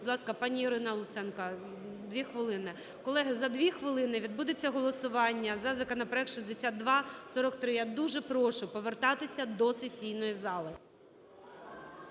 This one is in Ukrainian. Будь ласка, пані Ірина Луценко, 2 хвилини. Колеги, за 2 хвилини відбудеться голосування за законопроект 6243. Я дуже прошу повертатися до сесійної зали.